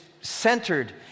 centered